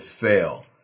fail